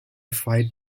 fight